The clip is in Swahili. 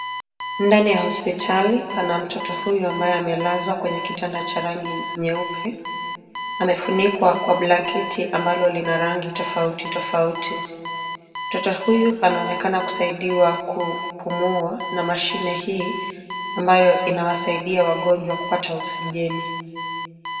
Ndani ya hospitali pana mtoto huyu ambaye amelazwa kwenye kitanda cha rangi nyeupe. Amefunikwa kwa blanketi ambalo lina rangi tofauti tofauti. Mtoto huyu anaonekana kusaidiwa kupumua na mashine hii ambayo inawasaidia wagonjwa kupata oxigeni.